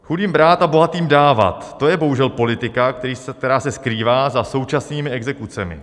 Chudým brát a bohatým dávat, to je bohužel politika, která se skrývá za současnými exekucemi.